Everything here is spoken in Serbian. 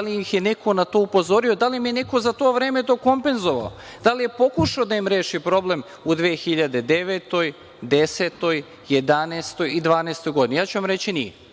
li ih je neko na to upozorio, da li im je neko za to vreme to kompenzovao? Da li je pokušao da im reši problem u 2009, 2010, 2011. i 2012. godini? Ja ću vam reći – nije.